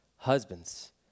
Husbands